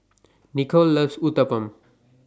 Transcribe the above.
Nicolle loves Uthapam